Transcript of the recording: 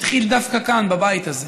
התחיל דווקא כאן בבית הזה.